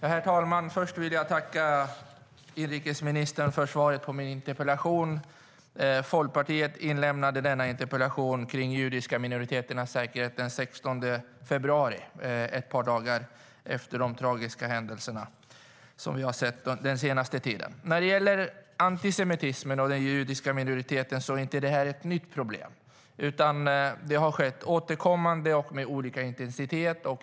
Herr talman! Först vill jag tacka inrikesministern för svaret på min interpellation. Folkpartiet inlämnade denna interpellation om de judiska minoriteternas säkerhet den 16 februari, ett par dagar efter de tragiska händelser vi sett den senaste tiden. Antisemitismen är för den judiska minoriteten inget nytt problem. Det har förekommit återkommande och med olika intensitet.